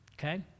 Okay